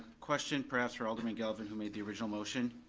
question perhaps for alderman galvin, who made the original motion.